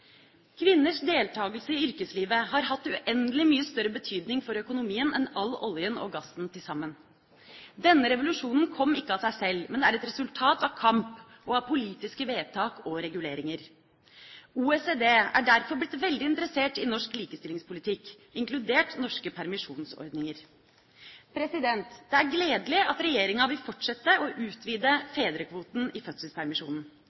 Kvinners deltakelse i yrkeslivet har hatt uendelig mye større betydning for økonomien enn all oljen og gassen til sammen. Denne revolusjonen kom ikke av seg selv, men er et resultat av kamp og politiske vedtak og reguleringer. OECD er derfor blitt veldig interessert i norsk likestillingspolitikk, inkludert norske permisjonsordninger. Det er gledelig at regjeringa vil fortsette å utvide fedrekvoten i fødselspermisjonen.